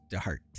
start